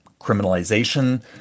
criminalization